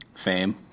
fame